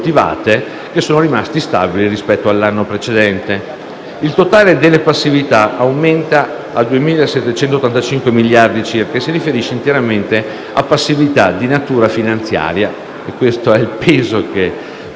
Il totale delle passività ammonta a 2.785 miliardi circa e si riferisce interamente a passività di natura finanziaria. Questo è il peso che ha,